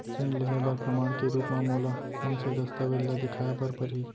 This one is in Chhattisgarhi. ऋण लिहे बर प्रमाण के रूप मा मोला कोन से दस्तावेज ला देखाय बर परही?